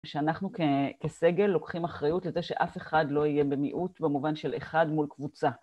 שאנחנו כסגל לוקחים אחריות לזה שאף אחד לא יהיה במיעוט במובן של אחד מול קבוצה.